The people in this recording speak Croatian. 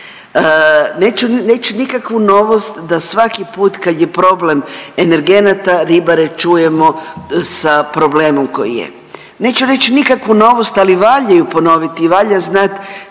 Neću nikakvu novost da svaki put kad je problem energenata ribare čujemo sa problemom koji je. Neću reći nikakvu novost, ali valja ju ponoviti i valja znati